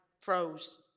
froze